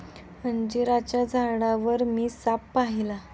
अंजिराच्या झाडावर मी साप पाहिला